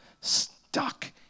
stuck